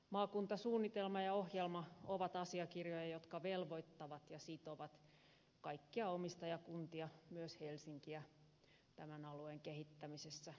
maakuntasuunnitelma ja ohjelma ovat asiakirjoja jotka velvoittavat ja sitovat kaikkia omistajakuntia myös helsinkiä tämän alueen kehittämisessä